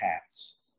paths